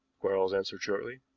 quarles answered shortly.